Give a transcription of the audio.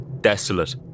desolate